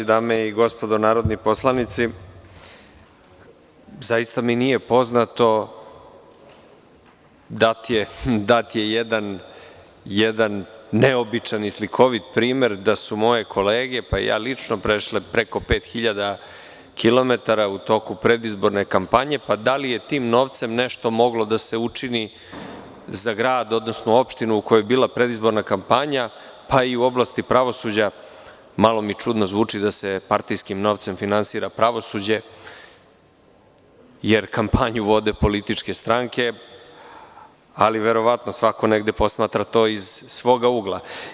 Dame i gospodo narodni poslanici, zaista mi nije poznato, dat je jedan neobičan i slikovit primer da su moje kolege pa i ja lično prešle preko pet hiljada kilometara u toku predizborne kampanje, pa da li je tim novcem nešto moglo da se učini za grad, odnosno opštinu u kojoj je bila predizborna kampanja, pa i u oblasti pravosuđa, malo mi čudno zvuči da se partijskim novcem finansira pravosuđe jer kampanju vode političke stranke, ali verovatno, svako negde to posmatra iz svog ugla.